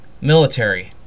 military